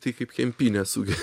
tai kaip kempinė suge